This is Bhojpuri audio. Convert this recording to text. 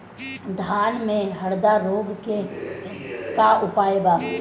धान में हरदा रोग के का उपाय बा?